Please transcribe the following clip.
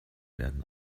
werden